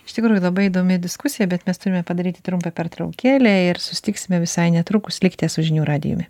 iš tikrųjų labai įdomi diskusija bet mes turime padaryti trumpą pertraukėlę ir susitiksime visai netrukus likite su žinių radijumi